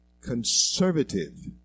conservative